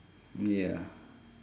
ya